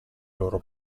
loro